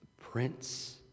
prince